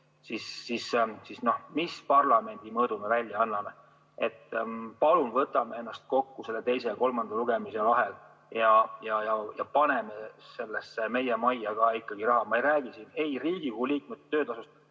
siis mis parlamendi mõõdu me välja anname? Palun, võtame ennast kokku teise ja kolmanda lugemise vahel ja paneme meie majja ka raha. Ma ei räägi siin ei Riigikogu liikmete töötasust